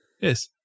Yes